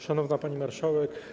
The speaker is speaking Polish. Szanowna Pani Marszałek!